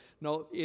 No